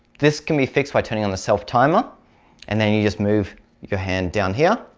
this can be fixed by turning on the self timer and then you just move your hand down here.